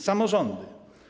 Samorządy.